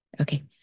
Okay